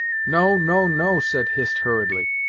no no no said hist hurriedly,